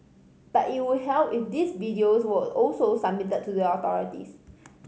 but it would help if these videos were also submitted to the authorities